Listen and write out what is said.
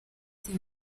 byose